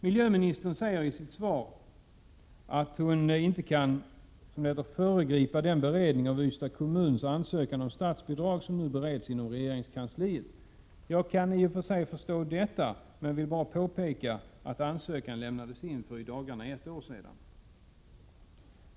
Miljöministern säger sig i sitt svar inte kunna ”föregripa den beredning av Ystads kommuns ansökan om statsbidrag som nu bereds inom regeringskansliet”. Jag kan i och för sig förstå detta, men jag vill bara påpeka att ansökan lämnades in för i dagarna ett år sedan.